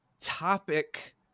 topic